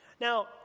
Now